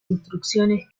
instrucciones